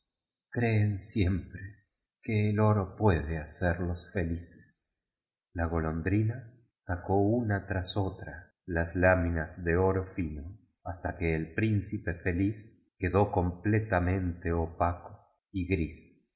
creen siempre que el oro puede hacerlos felices la golondrina sacó una tras otra las láminas de oro fino hasta que el príncipe feliz quedó comple tamente opaco y gris